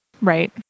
right